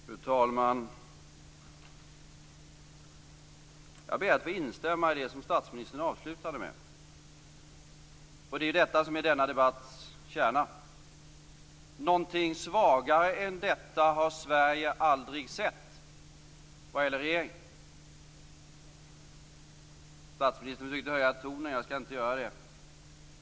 Fru talman! Jag ber att få instämma i det som statsministern avslutade med. Det är debattens kärna: Någonting svagare än detta har Sverige aldrig sett vad gäller regering. Statsministern försökte höja tonen. Jag skall inte göra det.